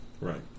Right